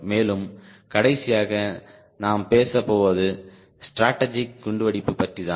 மேலும் கடைசியாக நாம் பேசப்போவது ஸ்ட்ராட்டஜிக் குண்டுவெடிப்பு பற்றி தான்